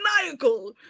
maniacal